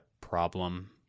problem